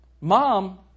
Mom